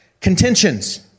contentions